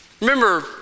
Remember